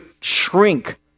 shrink